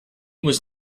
was